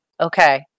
Okay